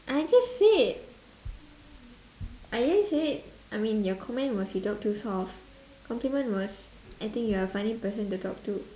I just said I just said I mean your comment was you talk too soft compliment was I think you're a funny person to talk to